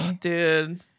dude